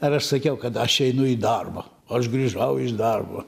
ar aš sakiau kad aš einu į darbą aš grįžau iš darbo